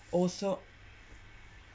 also